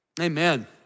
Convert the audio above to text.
Amen